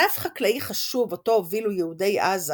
ענף חקלאי חשוב אותו הובילו יהודי עזה